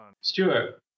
Stuart